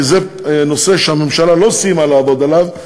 כי זה נושא שהממשלה לא סיימה לעבוד עליו,